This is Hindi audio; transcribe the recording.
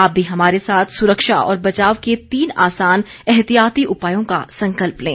आप भी हमारे साथ सुरक्षा और बचाव के तीन आसान एहतियाती उपायों का संकल्प लें